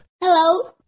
Hello